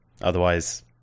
otherwise